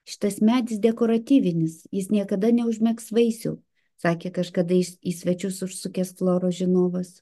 šitas medis dekoratyvinis jis niekada neužmegs vaisių sakė kažkadais į svečius užsukęs floros žinovas